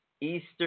Easter